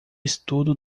estudo